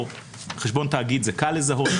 חשבון תאגיד זה קל לזהות,